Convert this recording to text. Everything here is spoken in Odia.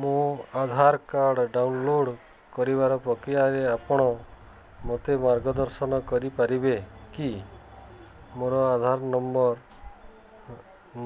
ମୋ ଆଧାର କାର୍ଡ଼ ଡାଉନଲୋଡ଼୍ କରିବାର ପ୍ରକ୍ରିୟାରେ ଆପଣ ମୋତେ ମାର୍ଗଦର୍ଶନ କରିପାରିବେ କି ମୋର ଆଧାର ନମ୍ବର